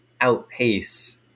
outpace